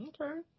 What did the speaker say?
Okay